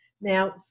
Now